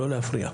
לא להפריע.